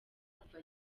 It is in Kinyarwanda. kuva